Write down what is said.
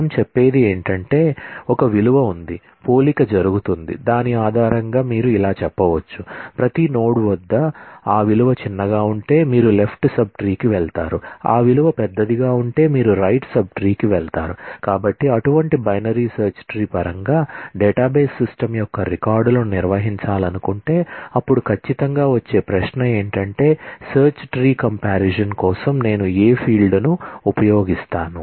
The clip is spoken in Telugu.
మనము చెప్పేది ఏంటంటే ఒక విలువ ఉంది పోలిక జరుగుతుంది దాని ఆధారంగా మీరు ఇలా చెప్పవచ్చు ప్రతి నోడ్ వద్ద ఆ విలువ చిన్నగా ఉంటే మీరు లెఫ్ట్ సబ్ ట్రీ ను ఉపయోగిస్తాను